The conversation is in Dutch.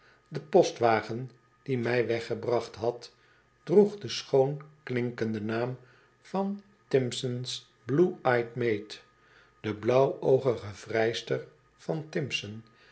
de postwagen die mij weggebracht had droeg den schoon klinkenden naam van timpson's blue eyed maid de blauwoogige vrijster van timpson